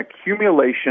accumulation